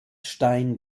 stein